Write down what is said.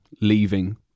leaving